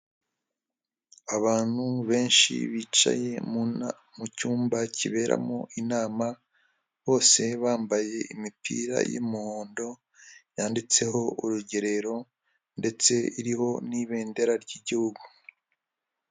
Abantu benshi bicaye mu cyumba kiberamo inama, bose bambaye imipira y'umuhondo yanditseho urugerero, ndetse iriho n'ibendera ry'igihugu.